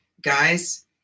Guys